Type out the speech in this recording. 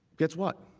gets what?